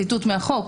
ציטוט מהחוק.